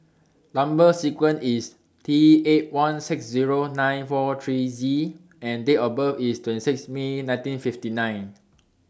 Number sequence IS T eight one six Zero nine four three Z and Date of birth IS twenty six May nineteen fifty nine